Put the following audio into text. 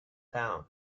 town